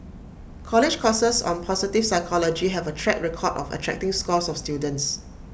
college courses on positive psychology have A track record of attracting scores of students